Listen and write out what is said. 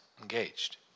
engaged